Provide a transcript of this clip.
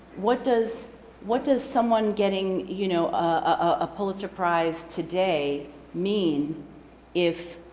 what does what does someone getting you know a pulitzer prize today mean if,